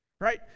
Right